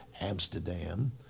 Amsterdam